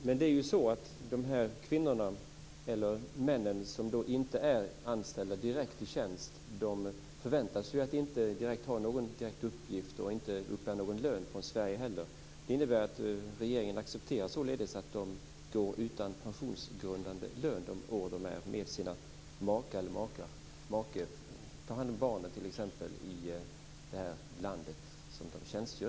Fru talman! De här kvinnorna make och t.ex. tar hand om barnen i det land där makan/maken tjänstgör.